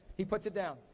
he puts it down,